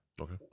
Okay